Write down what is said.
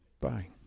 Bye